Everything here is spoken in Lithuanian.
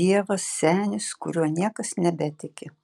dievas senis kuriuo niekas nebetiki